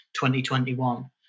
2021